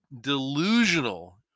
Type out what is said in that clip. delusional